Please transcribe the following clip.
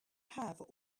have